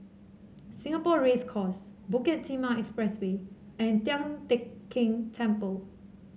Singapore Race Course Bukit Timah Expressway and Tian Teck Keng Temple